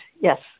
Yes